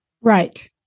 Right